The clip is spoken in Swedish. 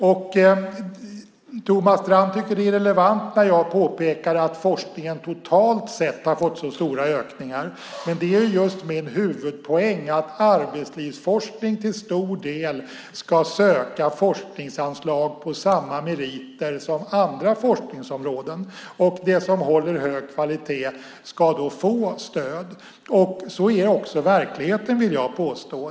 Thomas Strand tycker att det är irrelevant att forskningen totalt sett har fått stora ökningar, men min huvudpoäng är just att arbetslivsforskning till stor del ska söka forskningsanslag på samma meriter som andra forskningsområden. Det som håller hög kvalitet ska få stöd. Så är också verkligheten, vill jag påstå.